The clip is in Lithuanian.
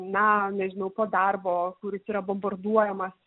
na nežinau po darbo kur jis yra bombarduojamas